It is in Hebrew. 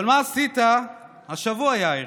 אבל מה עשית השבוע, יאיר?